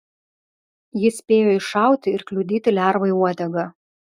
jis spėjo iššauti ir kliudyti lervai uodegą